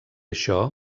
això